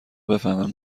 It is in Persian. بفهمن